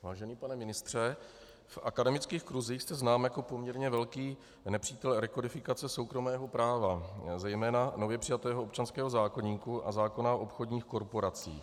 Vážený pane ministře, v akademických kruzích jste znám jako poměrně velký nepřítel rekodifikace soukromého práva, zejména nově přijatého občanského zákoníku a zákona o obchodních korporacích.